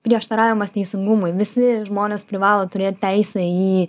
prieštaravimas teisingumui visi žmonės privalo turėt teisę į